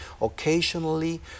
Occasionally